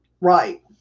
right